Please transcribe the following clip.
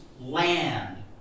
land